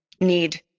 need